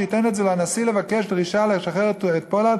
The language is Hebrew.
שהוא ייתן אותו לנשיא בבקשה ודרישה לשחרר את פולארד,